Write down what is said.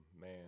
man